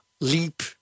leap